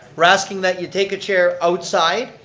we're asking that you take a chair outside,